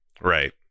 Right